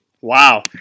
Wow